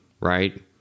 right